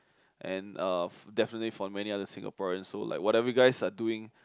and uh definitely for many other Singaporeans so like whatever you guys are doing